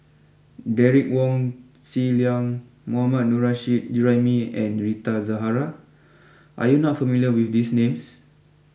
Derek Wong Zi Liang Mohammad Nurrasyid Juraimi and Rita Zahara are you not familiar with these names